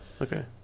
okay